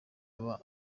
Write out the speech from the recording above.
aba